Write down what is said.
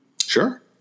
Sure